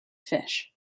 fish